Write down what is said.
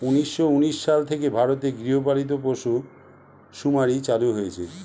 উন্নিশো উনিশ সাল থেকে ভারতে গৃহপালিত পশু শুমারি চালু হয়েছে